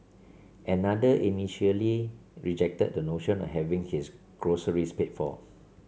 another initially rejected the notion of having his groceries paid for